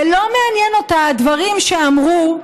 ולא מעניין אותה הדברים שאמרו,